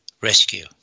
rescue